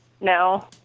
No